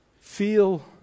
feel